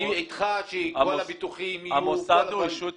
אני איתך שכל הביטוחים יהיו --- המוסד הוא ישות משפטית?